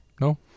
No